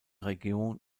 region